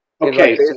Okay